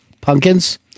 Pumpkins